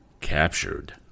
Captured